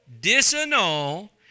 disannul